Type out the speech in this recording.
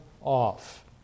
off